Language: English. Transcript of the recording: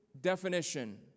definition